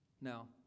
Now